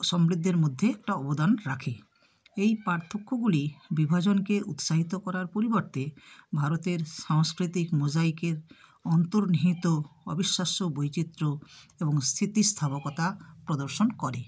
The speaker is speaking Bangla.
সমৃদ্ধের মধ্যে একটা অবদান রাখে এই পার্থক্যগুলির বিভাজনকে উৎসাহিত করার পরিবর্তে ভারতের সাংস্কৃতিক মোজাইকের অন্তর্নিহিত অবিশ্বাস্য বৈচিত্র্য এবং স্থিতিস্থাপকতা প্রদর্শন করে